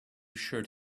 shirt